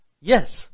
yes